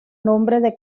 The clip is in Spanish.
nombre